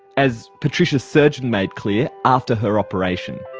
as patricia's surgeon made clear after her operation.